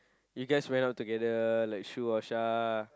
you guys went out together like Shu or Shah